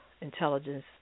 intelligence